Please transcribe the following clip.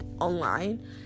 online